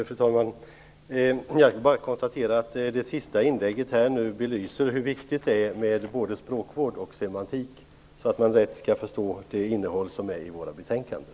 Fru talman! Jag kan bara konstatera att det senaste inlägget belyser hur viktigt det är med både språkvård och semantik för att man lätt skall förstå innehållet i våra betänkanden.